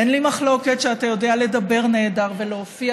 אין מחלוקת שאתה יודע לדבר נהדר ולהופיע